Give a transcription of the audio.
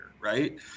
right